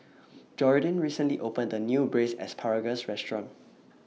Jordyn recently opened A New Braised Asparagus Restaurant